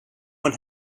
one